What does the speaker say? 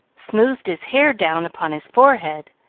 smoothed his hair down upon his forehead,